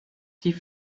die